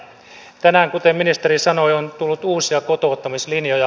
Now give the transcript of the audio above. tänään kuten ministeri sanoi on tullut uusia kotouttamislinjoja